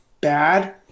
bad